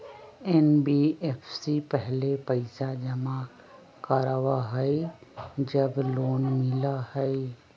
NBFC पहले पईसा जमा करवहई जब लोन मिलहई?